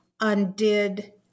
undid